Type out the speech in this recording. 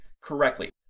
correctly